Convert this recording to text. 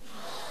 באופן